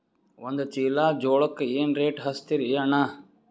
ಒಂದ ಚೀಲಾ ಜೋಳಕ್ಕ ಏನ ರೇಟ್ ಹಚ್ಚತೀರಿ ಅಣ್ಣಾ?